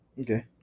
Okay